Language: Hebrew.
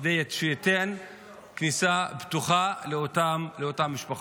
כדי שייתן כניסה פתוחה לאותן משפחות.